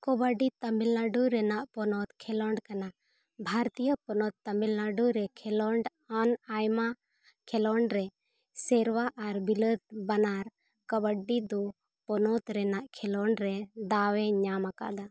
ᱠᱟᱵᱟᱰᱤ ᱛᱟᱢᱤᱞᱱᱟᱰᱩ ᱨᱮᱱᱟᱜ ᱯᱚᱱᱚᱛ ᱠᱷᱮᱞᱳᱸᱰ ᱠᱟᱱᱟ ᱵᱷᱟᱨᱚᱛᱤᱭᱚ ᱯᱚᱱᱚᱛ ᱛᱟᱢᱤᱞᱱᱟᱰᱩ ᱨᱮ ᱠᱷᱮᱞᱳᱸᱰ ᱟᱱ ᱟᱭᱢᱟ ᱠᱷᱮᱞᱳᱸᱰ ᱨᱮ ᱥᱮᱨᱣᱟ ᱟᱨ ᱵᱤᱞᱟᱹᱛ ᱵᱟᱱᱟᱨ ᱠᱟᱵᱟᱰᱤ ᱫᱚ ᱯᱚᱱᱚᱛ ᱨᱮᱱᱟᱜ ᱠᱷᱮᱞᱳᱸᱰ ᱨᱮ ᱫᱟᱣ ᱮ ᱧᱟᱢ ᱟᱠᱟᱫᱟ